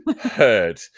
heard